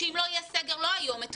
שאם לא יהיה סגר, לא היום, אתמול,